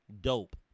dope